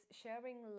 sharing